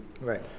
right